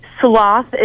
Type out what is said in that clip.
Sloth